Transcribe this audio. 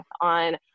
on